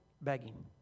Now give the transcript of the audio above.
begging